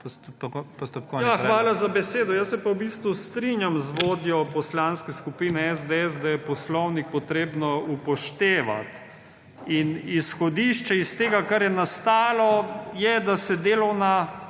TRČEK (PS SD): Hvala za besedo. Jaz se pa v bistvu strinjam z vodjo Poslanske skupine SDS, da je poslovnik treba upoštevati. Izhodišče iz tega, kar je nastalo, je, da se delovna